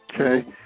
Okay